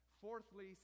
Fourthly